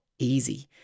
easy